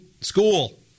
school